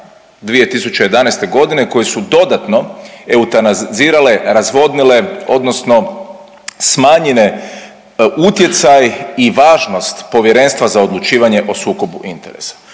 2011.g. koje su dodatno eutanazirale, razvodnile odnosno smanjile utjecaj i važnost Povjerenstva za odlučivanje o sukobu interesa